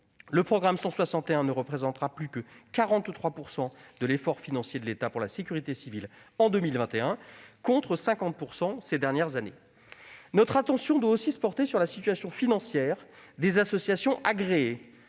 Le programme 161 ne représentera plus en 2021 que 43 % de l'effort financier de l'État pour la sécurité civile, contre 50 % ces dernières années. Notre attention doit aussi se porter sur la situation financière des associations agréées